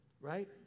right